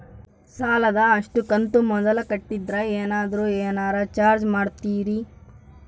ಸಾಲದ ಅಷ್ಟು ಕಂತು ಮೊದಲ ಕಟ್ಟಿದ್ರ ಏನಾದರೂ ಏನರ ಚಾರ್ಜ್ ಮಾಡುತ್ತೇರಿ?